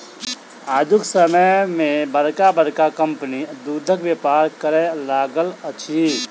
आजुक समय मे बड़का बड़का कम्पनी दूधक व्यापार करय लागल अछि